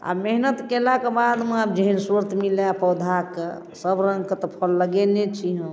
आ मेहनत केलाके बादमे आब जेहन स्वास्थ्य मिलय पौधाके सब रङ्गके तऽ फल लगेने छी हम